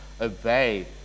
Obey